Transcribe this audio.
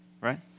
right